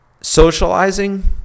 Socializing